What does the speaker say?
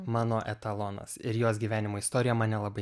mano etalonas ir jos gyvenimo istorija mane labai